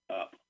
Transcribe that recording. up